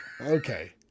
Okay